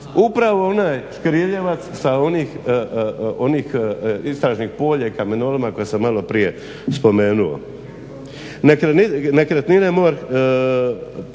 upravo onaj škriljevac sa onih istražnih polja i kamenoloma koje sam maloprije spomenuo.